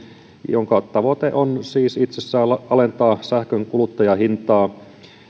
jonka tavoite on siis itsessään alentaa sähkön kuluttajahintaa